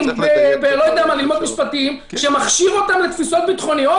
וללמוד משפטים שמכשיר אותם לתפיסות ביטחוניות?